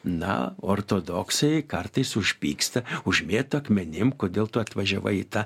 na ortodoksai kartais užpyksta užmėto akmenim kodėl tu atvažiavai į tą